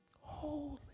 Holy